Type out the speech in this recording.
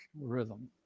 rhythm